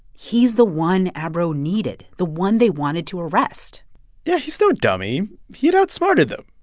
he's the one abro needed, the one they wanted to arrest yeah. he's no dummy. he'd outsmarted them.